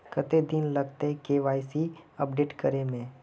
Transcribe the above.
कते दिन लगते के.वाई.सी अपडेट करे में?